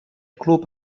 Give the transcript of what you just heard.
club